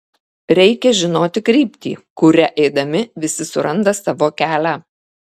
reikia žinoti kryptį kuria eidami visi suranda savo kelią